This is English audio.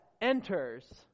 enters